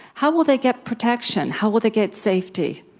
how will they get protection? how will they get safety?